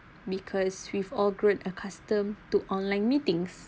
because we've all accustomed to online meetings